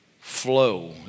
flow